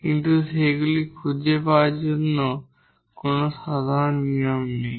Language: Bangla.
কিন্তু সেগুলি খুঁজে পাওয়ার জন্য কোন সাধারণ নিয়ম নেই